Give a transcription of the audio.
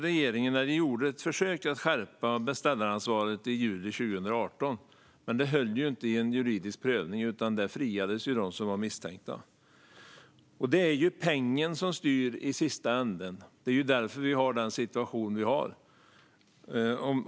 Regeringen gjorde ett försök att skärpa beställaransvaret i juli 2018, men det höll inte i en juridisk prövning. Där friades i stället de misstänkta. Det är ju pengen som styr i slutändan. Det är därför vi har den situation vi har.